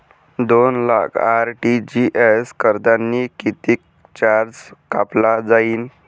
दोन लाख आर.टी.जी.एस करतांनी कितीक चार्ज कापला जाईन?